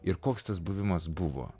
ir koks tas buvimas buvo